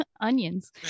onions